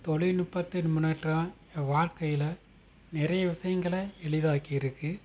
தொழில்நுட்பத்தில் முன்னேற்றம் என் வாழ்க்கையில நிறையா விஷயங்களை எளிதாக்கி இருக்குது